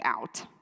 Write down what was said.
out